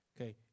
Okay